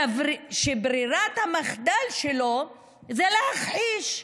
שברירת המחדל שלו זה להכחיש,